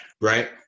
right